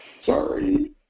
Sorry